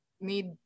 need